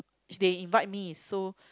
it's they invite me so